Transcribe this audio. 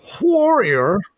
Warrior